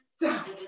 Down